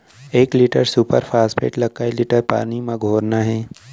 एक litre super phosphate ला कए लीटर पानी मा घोरना हे?